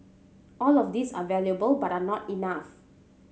all of these are valuable but are not enough